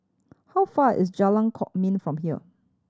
how far is Jalan Kwok Min from here